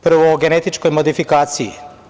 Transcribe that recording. Prvo, o genetičkoj modifikaciji.